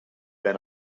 been